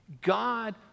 God